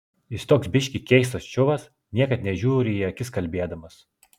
jis toks biškį keistas čiuvas niekad nežiūri į akis kalbėdamas